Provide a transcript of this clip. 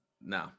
no